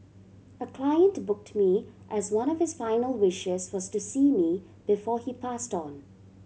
a client to booked me as one of his final wishes was to see me before he passed on